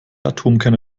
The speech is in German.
atomkerne